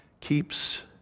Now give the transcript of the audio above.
keeps